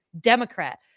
Democrat